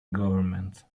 government